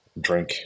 drink